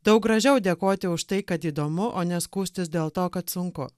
daug gražiau dėkoti už tai kad įdomu o ne skųstis dėl to kad sunku